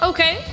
Okay